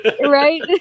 right